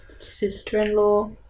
Sister-in-law